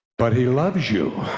but he loves you.